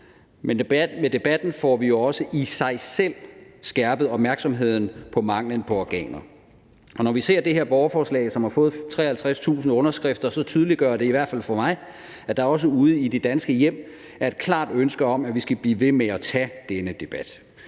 Med debatten får vi også i sig selv skærpet opmærksomheden på manglen på organer. Når vi ser det her borgerforslag, som har fået 53.000 underskrifter, tydeliggør det i hvert fald for mig, at der også ude i de danske hjem er et klart ønske om, at vi skal blive ved med at tage denne debat.